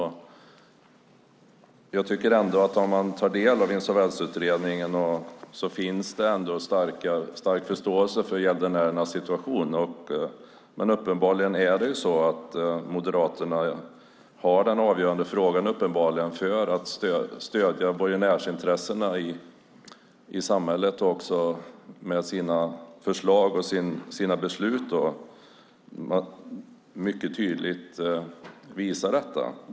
I Insolvensutredningen finns det ändå en stor förståelse för gäldenärernas situation. Men uppenbarligen är det Moderaterna som genom sina förslag och beslut är avgörande i frågan om att stödja borgenärsintressena i samhället. Mycket tydligt visar man detta.